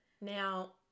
Now